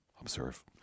observe